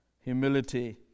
humility